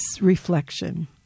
reflection